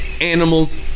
animals